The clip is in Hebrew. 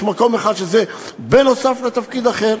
יש מקום אחד שזה נוסף לתפקיד אחר.